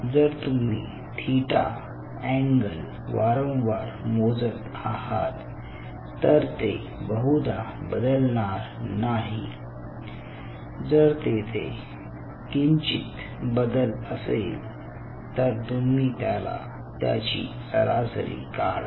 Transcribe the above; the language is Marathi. जर तुम्ही थिटा अँगल वारंवार मोजत आहात तर ते बहुदा बदलणार नाही जर तेथे किंचित बदल असेल तर तुम्ही त्याची सरासरी काढा